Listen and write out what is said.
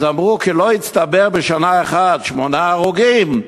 אז אמרו, לא הצטברו בשנה אחת שמונה הרוגים,